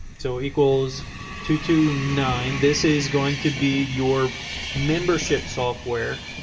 so equals two, two nine. this is going to be your membership software.